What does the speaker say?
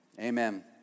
Amen